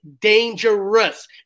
dangerous